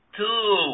two